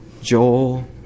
Joel